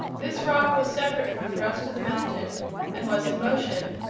this rock was separate from the rest of the mountain and was in motion,